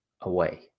away